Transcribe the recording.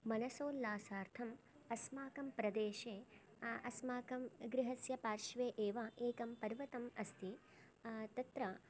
मनसोल्लासार्थम् अस्माकं प्रदेशे अस्माकं गृहस्य पार्श्वे एव एकं पर्वतम् अस्ति तत्र